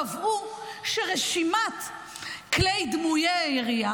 קבעו שרשימת כלי דמויי ירייה,